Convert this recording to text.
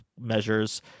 measures